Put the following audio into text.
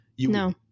No